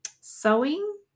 sewing